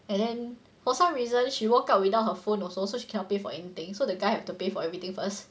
and then for some reason she woke up without her phone also so she cannot pay for anything so the guy have to pay for everything first